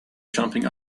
jumping